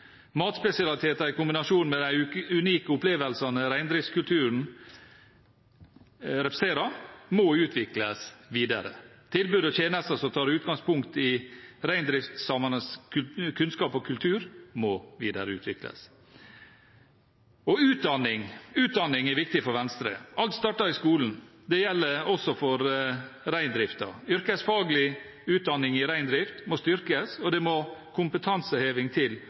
Matspesialiteter i kombinasjon med de unike opplevelsene reindriftskulturen representerer, må utvikles videre. Tilbud og tjenester som tar utgangspunkt i reindriftssamenes kunnskap og kultur, må videreutvikles. Utdanning er viktig for Venstre. Alt starter i skolen. Det gjelder også for reindriften. Yrkesfaglig utdanning i reindrift må styrkes, og det må kompetanseheving til